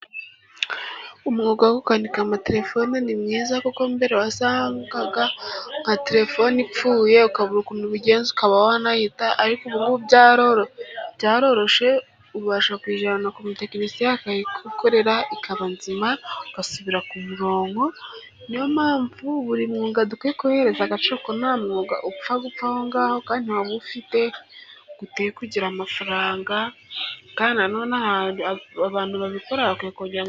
Umwuga wo gukanika amaterefone ni mwiza, kuko mbere wasangaga nka terefone ipfuye ukabura ukuntu ubigenza ukaba wanayita, ariko byaroshye ubasha kujyana ku mutekinisiye akayikorera ikaba nzima, ugasubira ku murongo, niyo mpamvu buri mwuga dukwiye kuwuhereza agaciro, kuko nta mwuga upfa gupfa ahongaho, kandi waba uwufite ngo ute kugira amafaranga, kandi nanone abantu babikora biteza imbere.